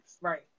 right